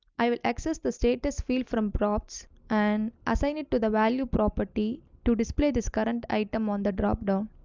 i will access the status field from props and assign it to the value property to display this current item on the drop down.